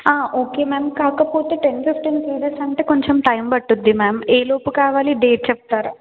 okay ma'am కాకపోతే ten fifteen kgs అంటే కొంచెం టైం పడుతుంది మ్యామ్ ఏ లోపు కావాలి డేట్ చెప్తారా